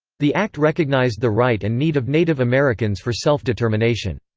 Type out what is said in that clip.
the act recognized the right and need of native americans for self-determination.